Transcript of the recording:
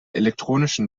elektronischen